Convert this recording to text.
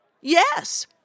Yes